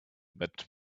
but